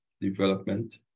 development